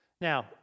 Now